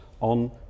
on